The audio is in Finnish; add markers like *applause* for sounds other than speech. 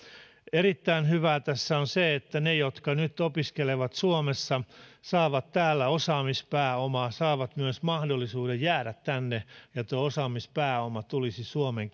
erittäin hyvää tässä on se että ne jotka nyt opiskelevat suomessa saavat täällä osaamispääomaa saavat myös mahdollisuuden jäädä tänne ja tuo osaamispääoma tulisi suomen *unintelligible*